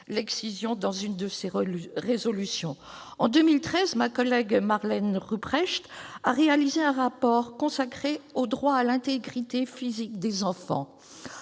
l'excision dans l'une de ses résolutions. En 2013, ma collègue Marlene Rupprecht a réalisé un rapport consacré au droit à l'intégrité physique des enfants.